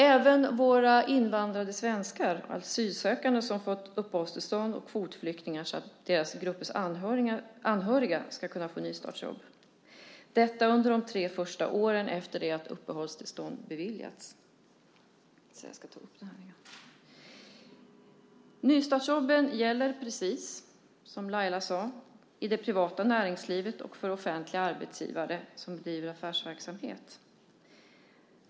Även våra invandrade svenskar, asylsökande som fått uppehållstillstånd och kvotflyktingar samt dessa gruppers anhöriga ska kunna få nystartsjobb, detta under de tre första åren efter det att uppehållstillstånd beviljats. Nystartsjobben gäller, precis som Laila sade, i det privata näringslivet och för offentliga arbetsgivare som driver affärsverksamhet.